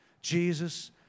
Jesus